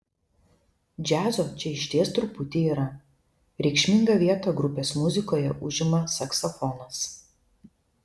džiazo čia išties truputį yra reikšmingą vietą grupės muzikoje užima saksofonas